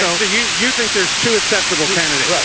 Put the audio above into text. ah and you you think there's two acceptable candidates.